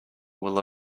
will